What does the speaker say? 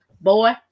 boy